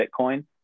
bitcoin